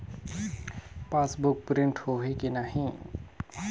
Passbook print होही कि नहीं?